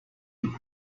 you